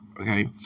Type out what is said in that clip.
Okay